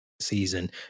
season